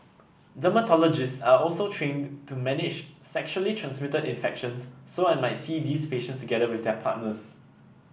dermatologists are also trained to manage sexually transmitted infections so I might see these patients together with their partners